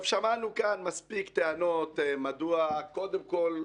שמענו כאן מספיק טענות מדוע קודם כול,